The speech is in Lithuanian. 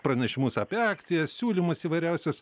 pranešimus apie akciją siūlymus įvairiausius